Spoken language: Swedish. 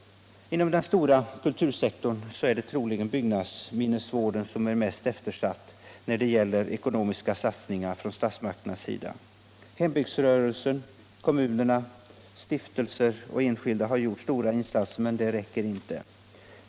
Inom den stora kultursektorn är troligen byggnadsminnesvården mest eftersatt när det gäller ekonomiska satsningar från statsmakternas sida. Hembygdsrörelsen, kommuner, stiftelser och enskilda har gjort stora insatser, men det räcker inte.